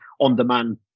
on-demand